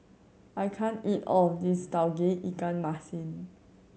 I can't eat all of this Tauge Ikan Masin